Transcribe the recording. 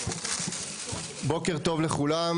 בוקר טוב לכולם.